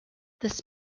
this